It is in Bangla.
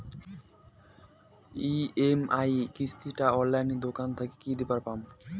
ই.এম.আই কিস্তি টা অনলাইনে দোকান থাকি কি দিবার পাম?